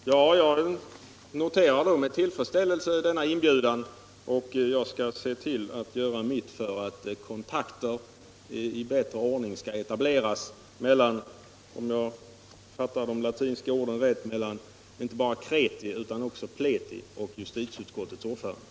Herr talman! Jag noterar med tillfredsställelse denna inbjudan och jag skall göra mitt för att bättre kontakter skall kunna etableras mellan justitieutskottets ordförande och — om jag fattade dessa utländska ord riktigt — såväl kreti som pleti. den det ej vill röstar nej.